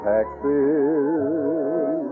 Texas